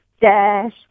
Dash